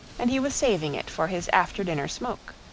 and he was saving it for his after-dinner smoke.